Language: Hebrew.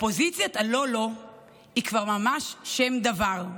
אופוזיציית הלא-לא היא כבר ממש שם דבר.